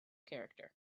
character